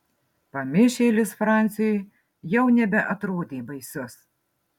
pamišėlis franciui jau nebeatrodė baisus